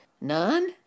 None